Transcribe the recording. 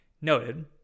noted